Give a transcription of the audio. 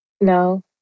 No